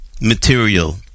material